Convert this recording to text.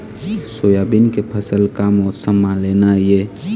Soybean के फसल का मौसम म लेना ये?